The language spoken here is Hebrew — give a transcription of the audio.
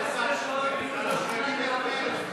טרכטנברג, אראל מרגלית, מיקי רוזנטל,